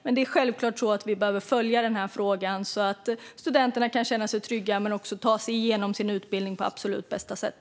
Vi behöver självklart följa denna fråga så att studenterna kan känna sig trygga och ta sig igenom sin utbildning på absolut bästa sätt.